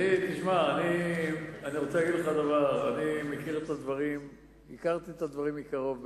אני רוצה להגיד לך משהו: הכרתי את הדברים מקרוב בעבר,